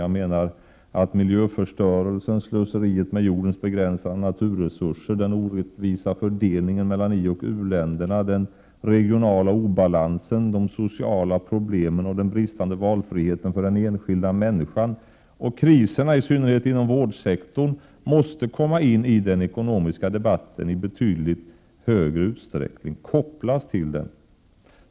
Jag menar att miljöförstörelsen, slöseriet med jordens begränsade naturresurser, den orättvisa fördelningen mellan ioch u-länderna, den regionala obalansen, de sociala problemen samt den bristande valfriheten för den enskilda människan och kriserna i synnerhet inom vårdsektorn måste komma in i och kopplas till den ekonomiska debatten i betydligt större utsträckning.